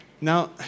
Now